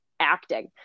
acting